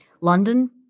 London